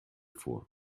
vor